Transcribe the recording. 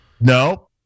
No